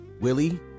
Willie